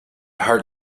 heart